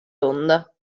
onda